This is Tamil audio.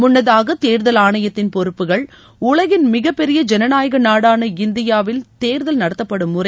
முன்னதாக தேர்தல் ஆணையத்தின் பொறுப்புகள் உலகின் மிகப்பெரிய ஜனநாயக நாடான இந்தியாவில் தேர்தல் நடத்தப்படும் முறை